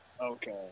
Okay